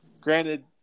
Granted